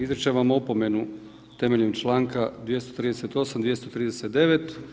Izričem vam opomenu temeljem članka 238. 239.